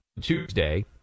Tuesday